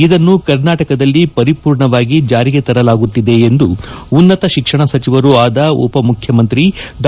ಇದನ್ನು ನಮ್ನ ಕರ್ನಾಟಕದಲ್ಲಿ ಪರಿಪೂರ್ಣವಾಗಿ ಜಾರಿಗೆ ತರಲಾಗುತ್ತಿದೆ ಎಂದು ಉನ್ನತ ಶಿಕ್ಷಣ ಸಚಿವರೂ ಆದ ಉಪಮುಖ್ಯಮಂತ್ರಿ ಡಾ